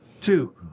two